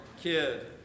kid